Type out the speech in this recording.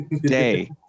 day